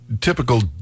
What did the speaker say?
typical